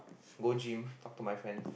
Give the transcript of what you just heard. go gym talk to my friend